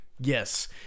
Yes